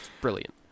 brilliant